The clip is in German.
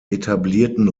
etablierten